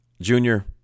Junior